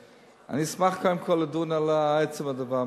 אני אשמח כאן לדון על עצם הדבר,